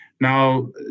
Now